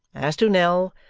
as to nell,